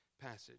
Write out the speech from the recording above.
passage